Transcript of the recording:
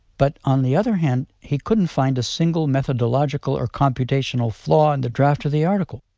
but on the other hand, he couldn't find a single methodological or computational flaw in the draft of the article.